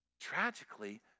tragically